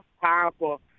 powerful